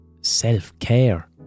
self-care